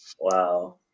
Wow